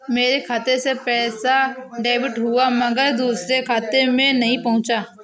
मेरे खाते से पैसा डेबिट हुआ मगर दूसरे खाते में नहीं पंहुचा